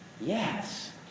Yes